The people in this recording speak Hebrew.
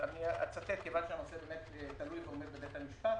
אני אצטט מכיוון שהנושא תלוי ועומד בבית המשפט.